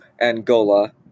Angola